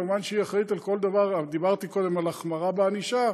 במובן שהיא אחראית לכל דבר: דיברתי קודם על החמרה בענישה,